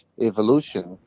evolution